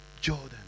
Jordan